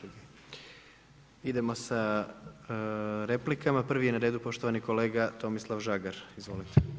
Idemo sa replikama, prvi je na redu poštovani kolega Tomislav Žagar, izvolite.